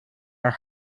are